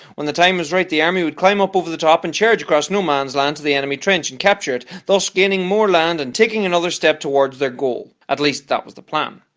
when the time was right, the army would climb up over the top and charge across no-man's land to the enemy trench and capture it, thus gaining more land and taking another step towards their goal! at least that was the plan.